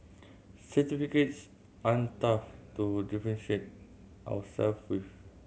certificates aren't enough to differentiate ourselves with